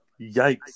yikes